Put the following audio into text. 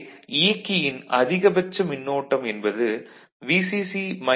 எனவே இயக்கியின் அதிகபட்ச மின்னோட்டம் என்பது Vcc மைனஸ் VoutRC ஆகும்